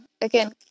again